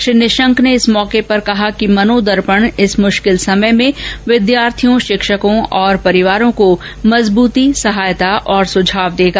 श्री निशंक ने इस अवसर पर कहा कि मनोदर्पण इस मुश्किल समय में विद्यार्थियों शिक्षकों और परिवारों को मजबूती सहायता और सुझाव देगा